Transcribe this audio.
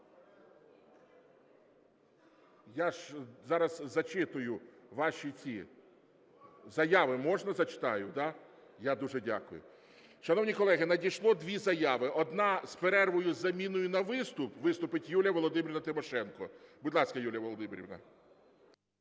Я ж зараз зачитую ваші заяви. Можна зачитаю, да? Я дуже дякую. Шановні колеги, надійшло дві заяви. Одна – з перервою з заміною на виступ. Виступить Юлія Володимирівна Тимошенко. Будь ласка, Юлія Володимирівна.